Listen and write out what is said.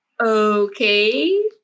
okay